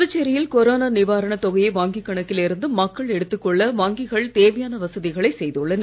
புதுச்சேரியில் கொரோனா நிவாரணத் தொகையை வங்கிக் கணக்கில் இருந்து மக்கள் எடுத்துக் கொள்ள வங்கிகள் தேவையான வசதிகளை செய்துள்ளன